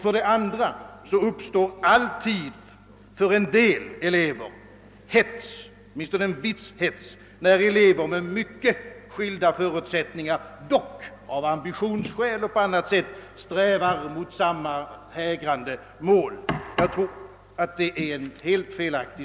För det andra uppstår alltid viss hets för en del, när elever med mycket skil da förutsättningar av ambitionsskäl eller av andra orsaker strävar mot samma hägrande mål. Jag tror att herr Mobergs syn på saken är helt felaktig.